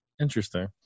Interesting